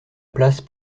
place